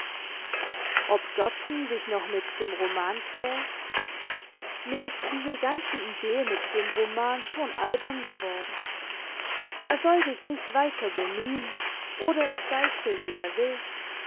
ob gerdsen sich noch mit dem roman quält mir ist diese ganze idee mit dem roman schon albern geworden er soll sich nicht weiter bemühen oder es deichseln wie er will